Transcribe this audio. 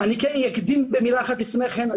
אני כן אקדים במילה אחת לפני כן,